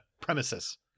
premises